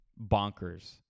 bonkers